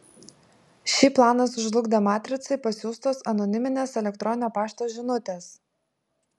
šį planą sužlugdė matricai pasiųstos anoniminės elektroninio pašto žinutės